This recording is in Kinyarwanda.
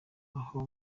aho